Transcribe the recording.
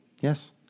Yes